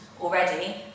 already